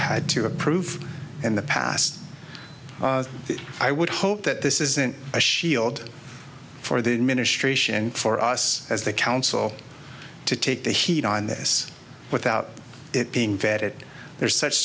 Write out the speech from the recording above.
had to approve in the past i would hope that this isn't a shield for the administration and for us as the counsel to take the heat on this without it being vetted there's such